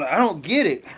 i don't get it.